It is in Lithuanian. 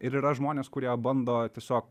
ir yra žmonės kurie bando tiesiog